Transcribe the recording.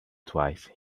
twice